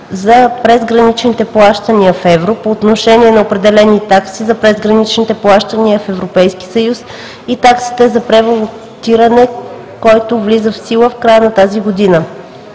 за презграничните плащания в евро по отношение на определени такси за презграничните плащания в Европейския съюз и таксите за превалутиране, който влиза в сила в края на тази година.